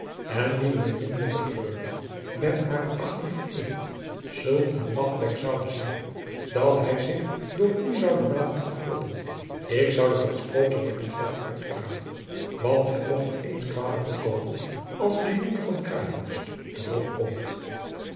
en wien de beminlijke freule met hare achting vereert zulk een lafbek zoude zijn dat hij zich door u zoude laten afkloppen ik zoude dat sprookje maar niet verder uitkramen want het mocht u eens kwalijk bekomen als de jonker